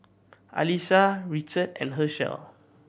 Alisha Richard and Hershell